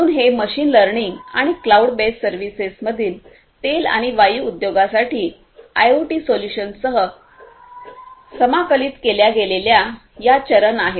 म्हणून हे machine learning आणि क्लाउड बेस्ड सर्व्हिसेसमधील तेल आणि वायू उद्योगासाठी आयओटी सोल्यूशन्ससह समाकलित केल्या गेलेल्या या चरण आहेत